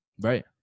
Right